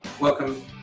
Welcome